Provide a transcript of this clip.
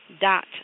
dot